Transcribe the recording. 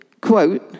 quote